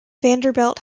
vanderbilt